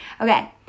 Okay